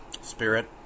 spirit